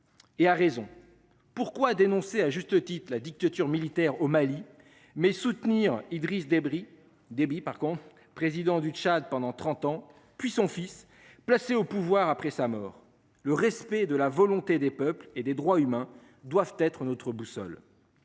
Et a raison pourquoi dénoncez à juste titre la dictature militaire au Mali mais soutenir Idriss débris débit par contre président du Tchad pendant 30 ans, puis son fils, placé au pouvoir après sa mort, le respect de la volonté des peuples et des droits humains doivent être notre boussole.